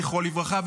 זכרו לברכה,